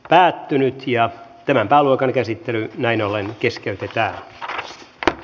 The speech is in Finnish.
päättynyt ja tämän pääluokan käsittely näin ollen kesken pitää sekä